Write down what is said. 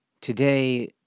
Today